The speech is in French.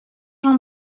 jean